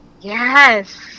Yes